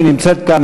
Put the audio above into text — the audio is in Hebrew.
שנמצאת כאן,